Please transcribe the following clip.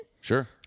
Sure